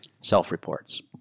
Self-reports